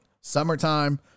summertime